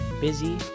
busy